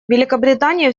великобритания